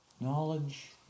Knowledge